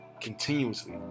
continuously